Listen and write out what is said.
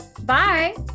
Bye